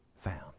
found